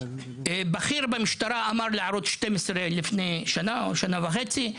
בכיר במשטרה אמר לערוץ 12 לפני שנה או שנה וחצי,